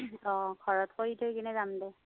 অঁ ঘৰত কৰি থৈ কিনে যাম দে